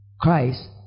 Christ